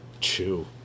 Chew